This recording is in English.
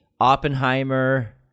Oppenheimer